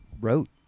wrote